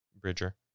Bridger